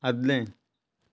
आदलें